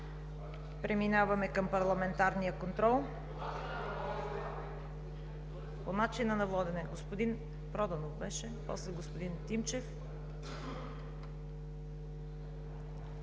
преминаваме към парламентарен контрол,